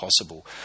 possible